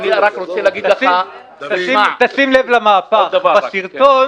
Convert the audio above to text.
אני אומר לך שחובת ההוכחה